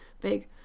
big